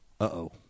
Uh-oh